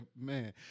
Man